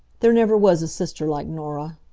there never was a sister like norah.